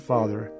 Father